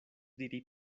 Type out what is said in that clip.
diri